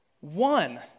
One